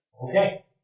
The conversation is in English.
Okay